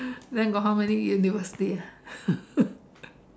then got how many university ah